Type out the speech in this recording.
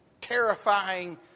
terrifying